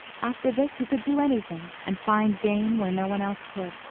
after this he could do anything, and find game where no one else could.